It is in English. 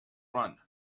run